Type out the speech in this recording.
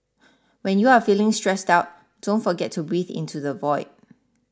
when you are feeling stressed out don't forget to breathe into the void